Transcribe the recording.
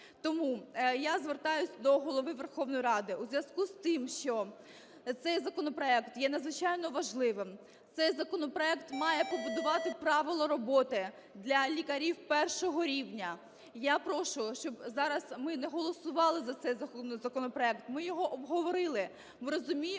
Тому я звертаюсь до Голови Верховної Ради. У зв'язку з тим, що цей законопроект є надзвичайно важливим, цей законопроект має побудувати правила роботи для лікарів першого рівня, я прошу, щоб зараз ми не голосували за цей законопроект. Ми його обговорили, ми розуміємо